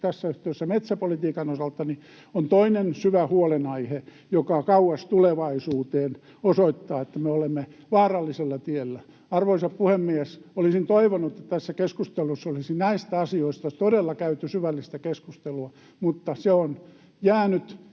tässä yhteydessä metsäpolitiikan osalta, on toinen syvä huolenaihe, joka kauas tulevaisuuteen osoittaa, että me olemme vaarallisella tiellä. Arvoisa puhemies! Olisin toivonut, että tässä keskustelussa olisi näistä asioista todella käyty syvällistä keskustelua, mutta se on jäänyt,